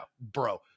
bro